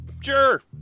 Sure